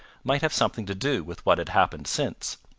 might have something to do with what had happened since.